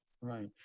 Right